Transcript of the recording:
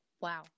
Wow